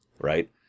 right